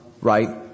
right